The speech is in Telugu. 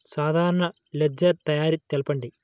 సాధారణ లెడ్జెర్ తయారి తెలుపండి?